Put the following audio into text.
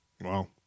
wow